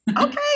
Okay